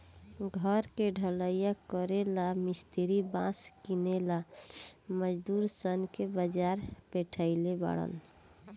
घर के ढलइया करेला ला मिस्त्री बास किनेला मजदूर सन के बाजार पेठइले बारन